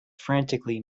frantically